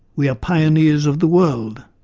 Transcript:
we are pioneers of the world',